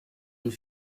and